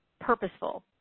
purposeful